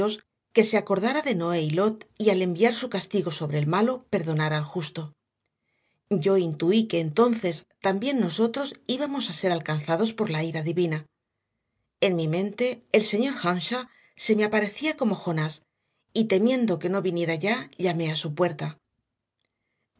que se acordara de noé y lot y al enviar su castigo sobre el malo perdonara al justo yo intuí que entonces también nosotros íbamos a ser alcanzados por la ira divina en mi mente el señor earnshaw se me aparecía como jonás y temiendo que no viniera ya llamé a su puerta